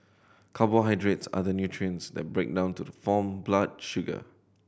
carbohydrates are the nutrients that break down to the form blood sugar